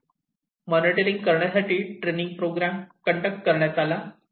monitoring करण्यासाठी training program conduct करण्यात आले